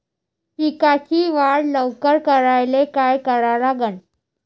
पिकाची वाढ लवकर करायले काय करा लागन?